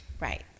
Right